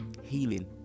healing